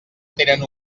tenen